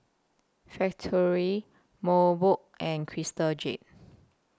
Factorie Mobot and Crystal Jade